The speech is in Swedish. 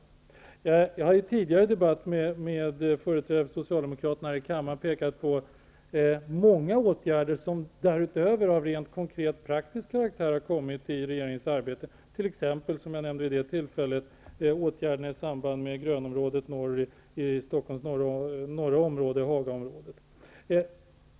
Jag har därutöver i en tidigare debatt med företrädare för Socialdemokraterna här i kammaren pekat på många åtgärder av rent konkret praktisk karaktär som har vidtagits i regeringens arbete, t.ex. åtgärderna i samband med grönområdet i Stockholms norra del, Hagaområdet, som jag nämnde vid det tillfället.